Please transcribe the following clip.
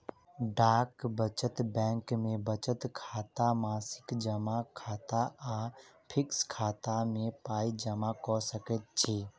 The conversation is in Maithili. डाक बचत बैंक मे बचत खाता, मासिक जमा खाता आ फिक्स खाता मे पाइ जमा क सकैत छी